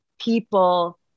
people